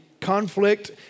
conflict